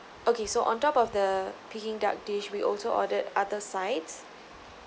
okay so on top of the peking duck dish we also ordered other sides